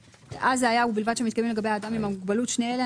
אז נכתב: ובלבד שמתקיימים לגבי האדם עם המוגבלות שני אלה.